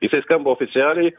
jisai skamba oficialiai